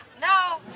No